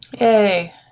Yay